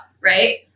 Right